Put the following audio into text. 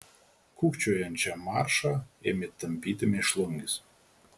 kūkčiojančią maršą ėmė tampyti mėšlungis